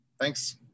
Thanks